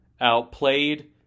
outplayed